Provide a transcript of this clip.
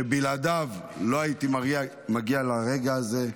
שבלעדיו לא הייתי מגיע לרגע הזה.